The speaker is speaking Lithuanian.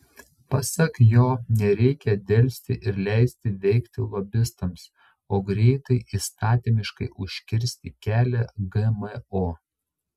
pasak jo nereikia delsti ir leisti veikti lobistams o greitai įstatymiškai užkirsti kelią gmo